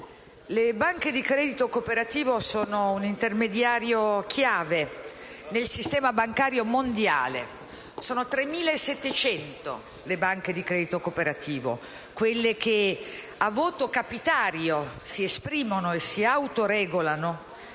le banche di credito cooperativo sono un intermediario chiave nel sistema bancario mondiale: sono 3.700 le banche di credito cooperativo, che a voto capitario si esprimono e si autoregolano